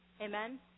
Amen